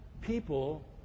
people